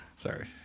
Sorry